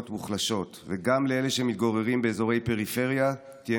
מוחלשות וגם לאלה שמתגוררים באזורי פריפריה תהיה